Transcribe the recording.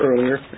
earlier